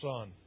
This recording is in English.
Son